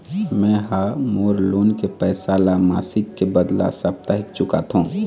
में ह मोर लोन के पैसा ला मासिक के बदला साप्ताहिक चुकाथों